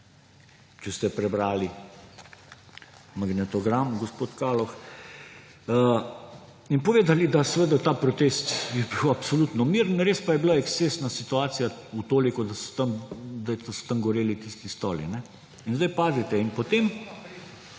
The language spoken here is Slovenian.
če ste prebrali magnetogram, gospod Kaloh ‒ in povedali, da seveda ta protest je bil absolutno miren, res pa je bila ekscesna situacija v toliko, da so tam goreli tisti stoli. In sedaj pazite! In potem